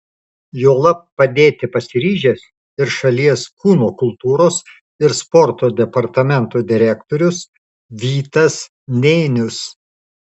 juolab padėti pasiryžęs ir šalies kūno kultūros ir sporto departamento direktorius vytas nėnius